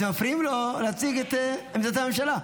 אתם מפריעים לו להציג את עמדת הממשלה.